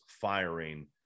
firing